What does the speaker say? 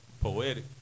poetic